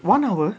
one hour